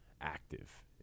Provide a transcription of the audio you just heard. active